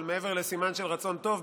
אבל מעבר לסימן של רצון טוב,